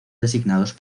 designados